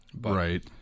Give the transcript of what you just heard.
Right